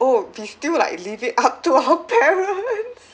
oh we still like leave it up to our parents